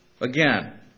Again